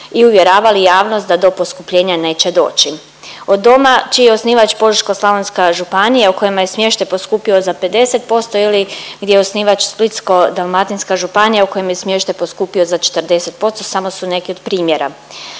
i uvjeravali jasnost da do poskupljenja neće doći. Od doma čiji je osnivač Požeško-slavonska županija u kojima je smještaj poskupio za 50% ili gdje je osnivač Splitsko-dalmatinska županija u kojem je smještaj poskupio za 40% samo su neki od primjera.